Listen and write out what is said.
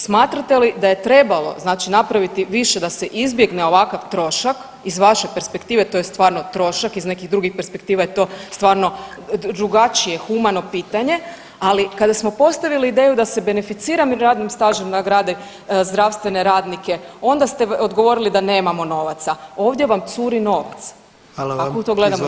Smatrate li da je trebalo znači napraviti više da se izbjegne ovakav trošak, iz vaše perspektive to je stvarno trošak, iz nekih drugih perspektiva je to stvarno drugačije, humano pitanje ali kada smo postavili ideju da se beneficiranim radnim stažem nagrade zdravstvene radnike onda ste odgovorili da nemamo novaca, ovdje vam curi novac [[Upadica: Hvala vam.]] Ako to gledamo iz te perspektive.